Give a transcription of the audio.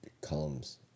columns